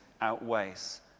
outweighs